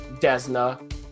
Desna